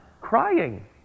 crying